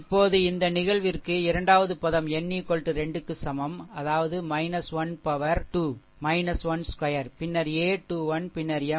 இப்போது இந்த நிகழ்விற்கு இரண்டாவது பதம் n 2 க்கு சமம் அதாவது அது - 1 பவர்2 2 பின்னர் a21 பின்னர் M 21 சரி